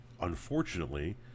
unfortunately